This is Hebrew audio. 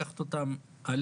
לקחת אותן עלינו,